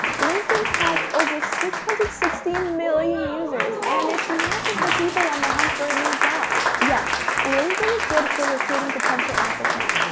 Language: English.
linkedin has over six hundred and sixty million users and it's not just for people on the hunt for a new job. yes, linkedin is good for recruiting potential applicants.